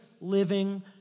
living